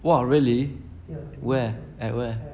!wah! really where at where